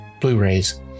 Blu-rays